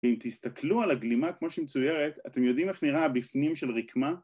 ‫ואם תסתכלו על הגלימה כמו שהיא מצוירת, ‫אתם יודעים איך נראה בפנים של רקמה?